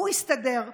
הוא יסתדר.